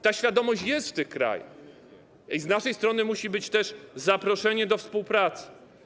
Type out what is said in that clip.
Ta świadomość jest w tych krajach i z naszej strony musi być też zaproszenie do współpracy.